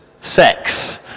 sex